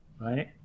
right